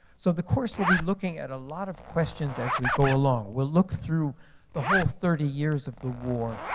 so the course will be looking at a lot of questions as we go along. we'll look through the whole thirty years of the war,